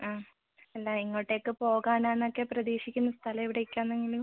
ആ അല്ല എങ്ങോട്ടേക്ക് പോകാനാണ് ഒക്കെ പ്രതീക്ഷിക്കുന്ന സ്ഥലം എവിടേക്കാണെന്ന് എങ്കിലും